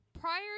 prior